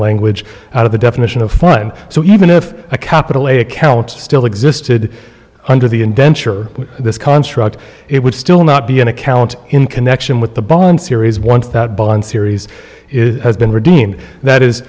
language out of the definition of fine so even if a capital a account still existed under the indenture this contract it would still not be an account in connection with the bond series once that bond series is has been redeemed that is